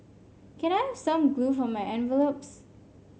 can I have some glue for my envelopes